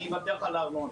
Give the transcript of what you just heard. אני אוותר לך על הארנונה.